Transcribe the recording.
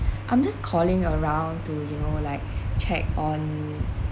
I'm just calling around to you know like check on